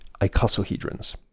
icosahedrons